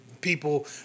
people